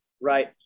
Right